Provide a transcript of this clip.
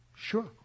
sure